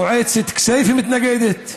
מועצת כסייפה מתנגדת,